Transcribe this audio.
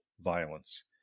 violence